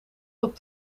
top